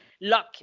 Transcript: luck